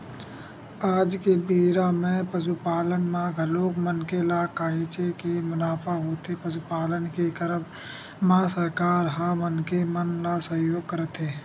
आज के बेरा म पसुपालन म घलोक मनखे ल काहेच के मुनाफा होथे पसुपालन के करब म सरकार ह मनखे मन ल सहयोग करथे